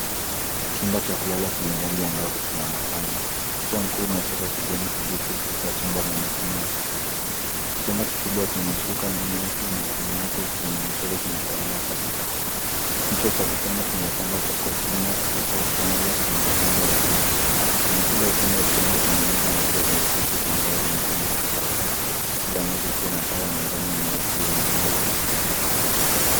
Chumba cha kulala chenye rangi angavu kinaonekana. Ukuta mkuu umechorwa kijani kibichi ukiipa chumba mwonekano wa kipekee. Kitanda kikubwa chenye shuka nyeusi na nyeupe, chenye michoro kinatawala katikati. Kichwa cha kitanda kimepambwa kwa chuma kilicho chongwa kwa mtindo wa jua. Kwenye kila upande wa kitanda kuna meza ndogo za usiku za mbao zenye rangi ya kahawia, kila moja ikiwa na taa ya mezani nyeusi yenye umbo la kuvutia.